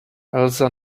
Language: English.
elsa